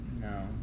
No